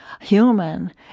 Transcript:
human